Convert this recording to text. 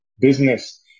business